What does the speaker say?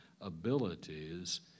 abilities